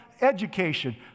Education